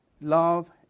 love